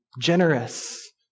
generous